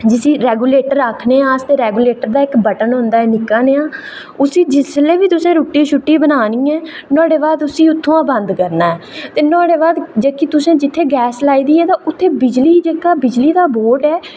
जिसी रेगुलेटर आक्खने आं ते रेगुलेटर दा इक्क बटन होंदा ऐ निक्का नेहा उसी जिसलै बी तुसें रुट्टी बनानी ऐ नुहाड़े बाद उसी उत्थुआं बंद करना ऐ ते नुहाड़े बाद जेह्की तुसें गैस लाई दी ऐ ते उत्थै बिजली जेह्का बिजली दा बोर्ड ऐ